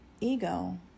Ego